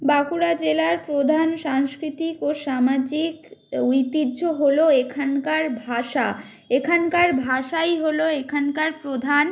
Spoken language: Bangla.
বাঁকুড়া জেলার প্রধান সাংস্কৃতিক ও সামাজিক ঐতিহ্য হল এখানকার ভাষা এখানকার ভাষাই হল এখানকার প্রধান